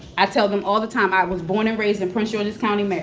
i tell them all the time i was born and raised in prince george's county, md.